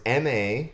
MA